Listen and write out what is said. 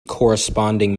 corresponding